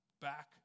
Back